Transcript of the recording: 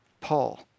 Paul